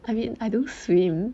I mean I don't swim